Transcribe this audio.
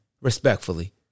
respectfully